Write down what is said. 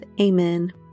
Amen